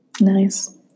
Nice